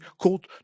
called